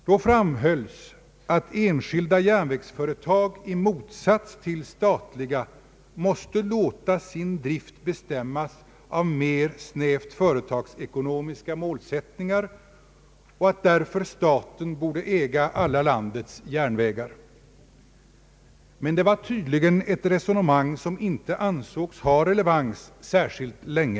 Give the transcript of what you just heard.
Då framhölls att enskilda järnvägsföretag i motsats till statliga måste låta sin drift bestämmas av mer snävt företagsekonomiska målsättningar, och att därför staten borde äga alla landets järnvägar. Men det var tydligen ett resonemang som inte ansågs ha relevans särskilt länge.